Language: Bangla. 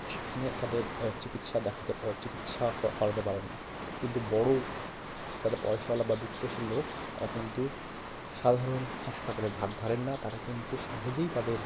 সেখানে তাদের চিকিৎসা দেখাতে চিকিৎসা ক করাতে পারেন না কিন্তু বড়ো যারা পয়সাওলা বা বিত্তশীল লোক তারা কিন্তু সাধারণ হাসপাতালের ধার ধারেন না তারা কিন্তু সহজেই তাদের